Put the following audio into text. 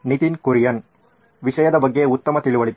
ನಿತಿನ್ ಕುರಿಯನ್ ವಿಷಯದ ಬಗ್ಗೆ ಉತ್ತಮ ತಿಳುವಳಿಕೆ